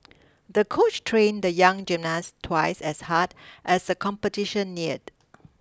the coach train the young gymnast twice as hard as the competition neared